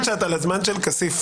בבקשה.